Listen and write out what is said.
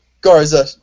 Garza